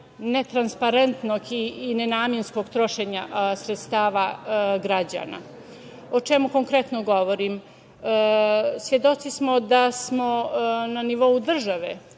netransparentno i nenamensko trošenje sredstava građana. O čemu konkretno govorim? Svedoci smo da smo na nivou države